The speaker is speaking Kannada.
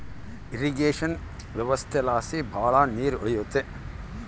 ಇರ್ರಿಗೇಷನ ವ್ಯವಸ್ಥೆಲಾಸಿ ಭಾಳ ನೀರ್ ಉಳಿಯುತ್ತೆ